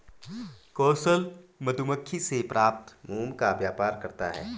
कौशल मधुमक्खी से प्राप्त मोम का व्यापार करता है